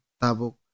tabuk